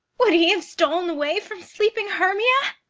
would he have stolen away from sleeping hermia?